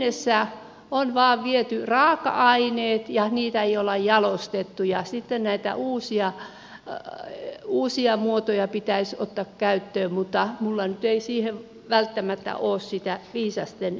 tähän mennessä on vain viety raaka aineet ja niitä ei olla jalostettu ja sitten näitä uusia muotoja pitäisi ottaa käyttöön mutta minulla nyt ei siihen välttämättä ole sitä viisasten kiveä